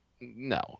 No